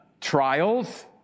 trials